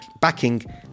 backing